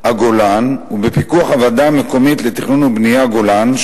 גולן ובפיקוח הוועדה המקומית לתכנון ובנייה גולן,